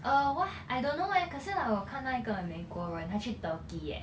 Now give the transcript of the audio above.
uh !wah! I don't know eh 可是 like 我看那一个美国人他去 turkey eh